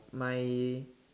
my